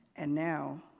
and now,